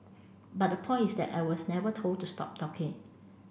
but the point is that I was never told to stop talking